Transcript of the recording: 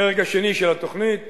הפרק השני של התוכנית